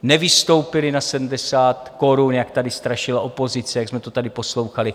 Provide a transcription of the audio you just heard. Nevystoupily na 70 korun, jak tady strašila opozice, jak jsme to tady poslouchali.